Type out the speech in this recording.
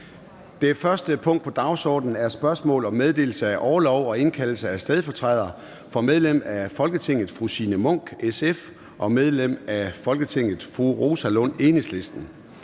Det første punkt på dagsordenen er: 1) Spørgsmål om meddelelse af orlov til og indkaldelse af stedfortrædere for medlem af Folketinget Signe Munk (SF) og medlem af Folketinget Rosa Lund (EL). Kl.